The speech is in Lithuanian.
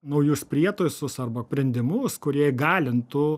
naujus prietaisus arba prendimus kurie įgalintų